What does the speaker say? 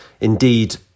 Indeed